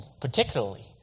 particularly